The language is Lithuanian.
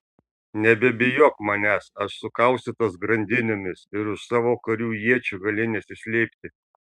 nebebijok manęs aš sukaustytas grandinėmis ir už savo karių iečių gali nesislėpti